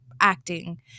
acting